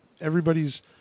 Everybody's